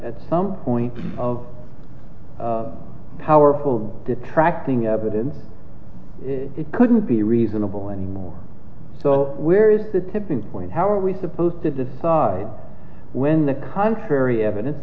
at some point of powerful detracting evidence it couldn't be reasonable anymore so where is the tipping point how are we supposed to the thought when the contrary evidence